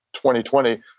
2020